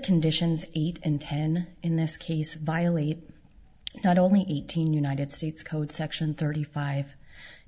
conditions eight in ten in this case violate not only eighteen united states code section thirty five